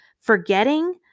forgetting